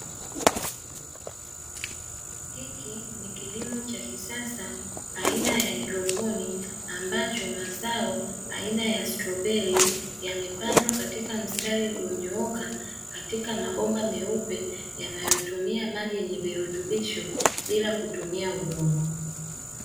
Hiki ni kilimo cha kisasa aina ya haidroponi ambacho mazao aina ya stroberi yamepandwa katika mstari ulionyooka katika mabomba meupe yanayotumia maji yenye virutubisho bila kutumia udongo.